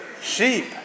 sheep